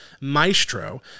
Maestro